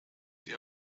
sie